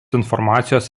informacijos